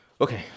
Okay